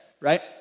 right